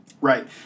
right